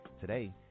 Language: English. Today